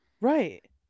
right